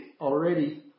already